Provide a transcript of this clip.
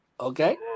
okay